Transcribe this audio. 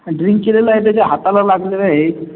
drink केलेला आहे त्याच्या हाताला लागलेलं आहे